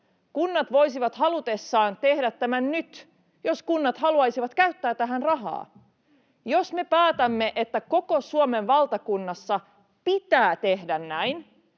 Kunnat voisivat halutessaan tehdä tämän nyt, jos kunnat haluaisivat käyttää tähän rahaa. Jos me päätämme, että koko Suomen valtakunnassa pitää tehdä näin,